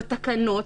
בתקנות,